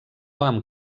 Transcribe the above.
amb